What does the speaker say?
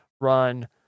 run